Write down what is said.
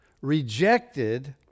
rejected